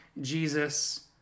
Jesus